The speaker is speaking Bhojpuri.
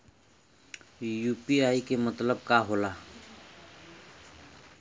यू.पी.आई के मतलब का होला?